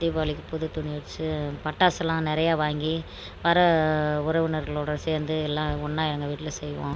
தீபாளிக்கு புது துணி வச்சி பட்டாசுலாம் நிறையா வாங்கி வர உறவினர்களோடய சேர்ந்து எல்லாம் ஒன்றா எங்கள் வீட்டில் செய்வோம்